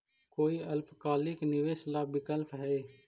कोई अल्पकालिक निवेश ला विकल्प हई?